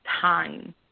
time